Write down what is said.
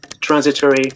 transitory